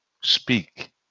speak